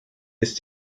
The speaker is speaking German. ist